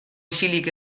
isilik